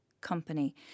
company